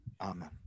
Amen